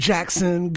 Jackson